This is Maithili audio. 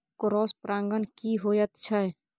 क्रॉस परागण की होयत छै?